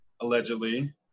allegedly